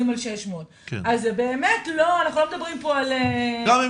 על 600. אז באמת אנחנו לא מדברים פה על --- גם אם